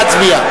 נא להצביע.